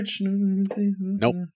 Nope